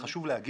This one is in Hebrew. וחשוב לומר